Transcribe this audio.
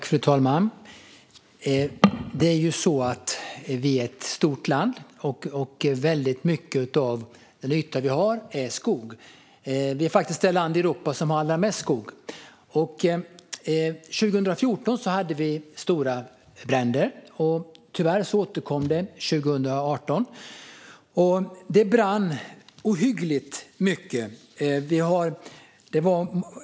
Fru talman! Sverige är ett stort land, och väldigt mycket av den yta vi har är skog. Sverige är faktiskt det land i Europa som har allra mest skog. År 2014 hade vi stora bränder, och tyvärr återkom det 2018. Det brann ohyggligt mycket.